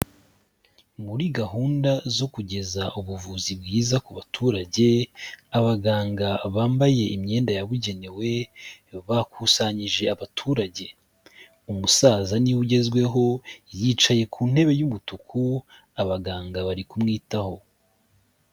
Muri gahunda zo kugeza ubuvuzi bwiza ku baturage, abaganga bambaye imyenda yabugenewe bakusanyije abaturage, umusaza ni we ugezweho yicaye ku ntebe y'umutuku, abaganga bari kumwitaho.